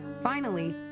finally,